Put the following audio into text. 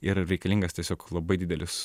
ir reikalingas tiesiog labai didelis